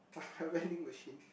vending machine